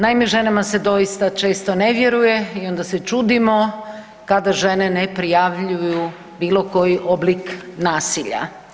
Naime ženama se doista često ne vjeruje i onda se čudimo kada žene ne prijavljuju bilo koji oblik nasilja.